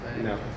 No